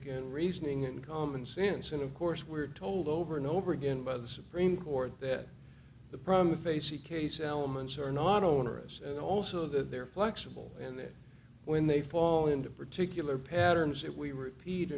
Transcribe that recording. and reasoning and common sense and of course we're told over and over again by the supreme court that the problem the facie case elements are not onerous and also that they're flexible and that when they fall into particular patterns that we repeat